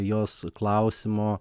jos klausimo